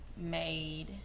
made